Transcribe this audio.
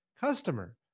customer